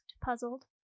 puzzled